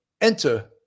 enter